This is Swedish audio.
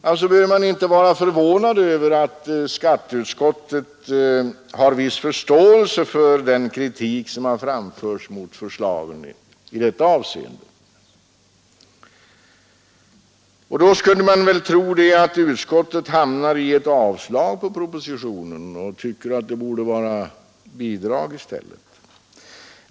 Man behöver alltså inte vara förvånad över att skatteutskottet har viss förståelse för den kritik som har framförts mot propositionens förslag i detta avseende. Man kunde tro att utskottet skulle ha yrkat avslag på propositionen och ansett att det borde vara bidrag i stället.